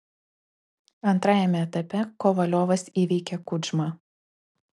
antrajame etape kovaliovas įveikė kudžmą